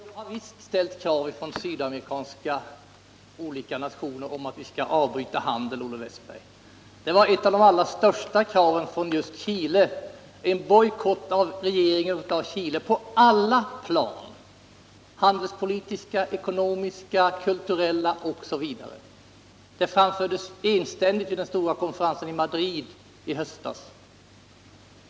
Herr talman! Jo, det har visst ställts krav från olika sydamerikanska nationer att vi skall avbryta handel. Det var ett av de allra största kraven från just Chile — en bojkott av regeringen i Chile på alla plan: handelspolitiskt, ekonomiskt, kulturellt osv. Det framfördes enständigt vid den stora konferensen i Madrid i höstas.